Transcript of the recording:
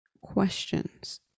questions